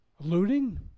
looting